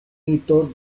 hito